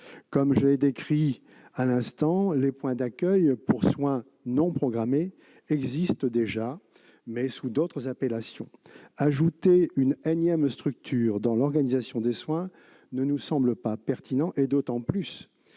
Comme je l'ai décrit à l'instant, les points d'accueil pour soins non programmés existent déjà, mais sous d'autres appellations. Ajouter une énième structure dans l'organisation des soins ne nous semble pas pertinent, d'autant plus